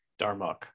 Darmok